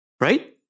right